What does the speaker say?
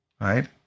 Right